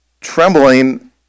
Trembling